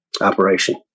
operation